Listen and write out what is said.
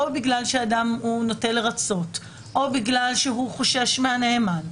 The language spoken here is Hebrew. בגלל שאדם נוטה לרצות או בגלל שהוא חושש מהנאמן.